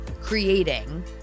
creating